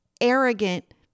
arrogant